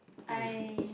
I